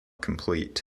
complete